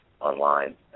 online